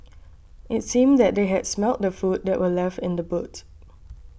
it's seemed that they had smelt the food that were left in the boot